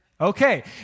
Okay